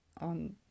on